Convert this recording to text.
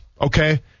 okay